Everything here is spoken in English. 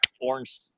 orange